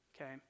okay